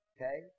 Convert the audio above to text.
Okay